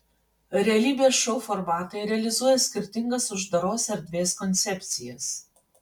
realybės šou formatai realizuoja skirtingas uždaros erdvės koncepcijas